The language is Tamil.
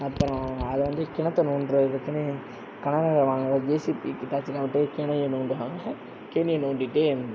அப்புறம் அதில் வந்து கிணற்றை நோண்டுகிறதுக்குனே கனரக வாகனம் ஜேசிபி கிட்டச்செலாம் விட்டு கேனையை நோண்டுவாங்க கேனையை நோண்டிகிட்டு